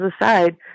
aside